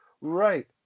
right